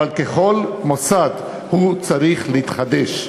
אבל ככל מוסד, הוא צריך להתחדש.